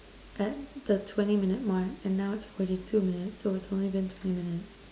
at the twenty minute mark and now it's forty two minutes so it's only been twenty minutes